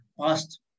past